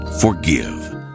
Forgive